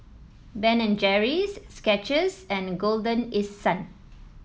Ben and Jerry's Skechers and Golden East Sun